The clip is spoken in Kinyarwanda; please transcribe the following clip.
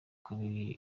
kubireba